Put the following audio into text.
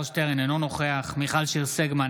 אינו נוכח מיכל שיר סגמן,